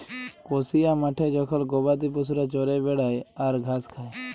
কসিয়া মাঠে জখল গবাদি পশুরা চরে বেড়ায় আর ঘাস খায়